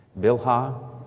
Bilhah